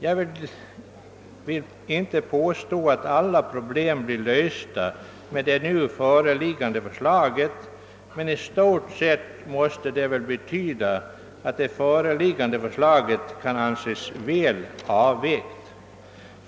Jag vill inte göra gällande att alla problem blir lösta med det nu framlagda förslaget, men det kan väl i stort sett anses vara väl avvägt.